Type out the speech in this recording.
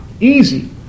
Easy